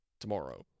tomorrow